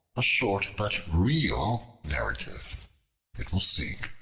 a short but real narrative it will seek,